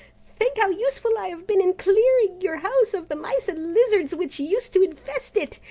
think how useful i have been in clearing your house of the mice and lizards which used to infest it,